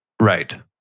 Right